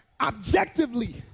objectively